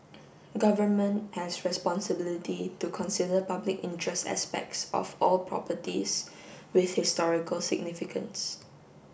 government has responsibility to consider public interest aspects of all properties with historical significance